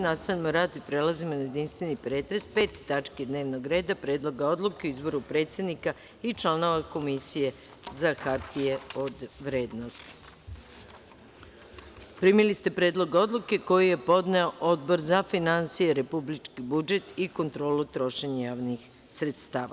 Nastavljamo rad i prelazimo na jedinstveni pretres Pete tačke dnevnog reda – PREDLOG ODLUKE O IZBORU PREDSEDNIKA I ČLANOVA KOMISIJE ZA HARTIJE OD VREDNOSTI Primili ste predlog odluke koji je podneo Odbor za finansije, republički budžet i kontrolu trošenja javnih sredstava.